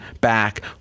back